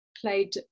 played